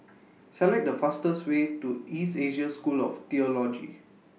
Select The fastest Way to East Asia School of Theology